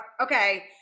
okay